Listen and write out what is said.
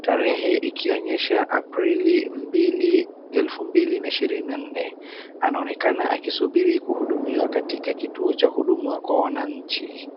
Tarehe ikionyesha aprili mbili alfu mbili na ishirini na nne. Anaonekana akisubiri kuhudumiwa katika kituo cha huduma kwa wananchi.